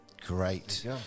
Great